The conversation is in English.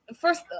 first